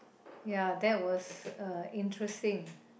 ya that was uh interesting